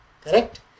Correct